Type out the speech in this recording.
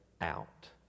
out